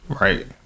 Right